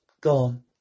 gone